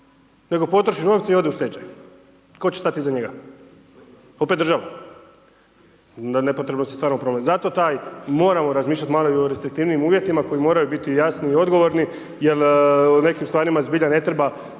nego potroši novce i ode u stečaj. Tko će stati iza njega? Opet država, nepotrebno si stvaramo problem. Zato taj moramo razmišljat malo i o restriktivnijim uvjetima koji moraju biti jasni i odgovorni jel o nekim stvarima zbilja ne treba